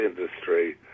industry